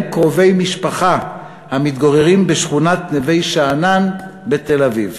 קרובי משפחה המתגוררים בשכונת נווה-שאנן בתל-אביב.